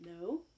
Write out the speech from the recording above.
No